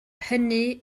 hynny